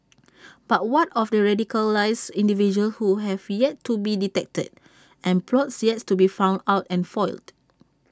but what of radicalised individuals who have yet to be detected and plots yet to be found out and foiled